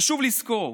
חשוב לזכור: